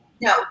No